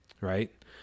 right